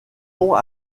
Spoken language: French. ont